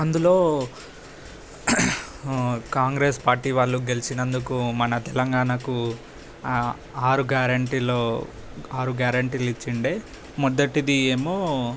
అందులో కాంగ్రెస్ పార్టీ వాళ్ళు గెలిచినందుకు మన తెలంగాణకు ఆరు గ్యారెంటీలో ఆరు గారెంటీలు ఇచ్చి వుండే మొదటిది ఏమో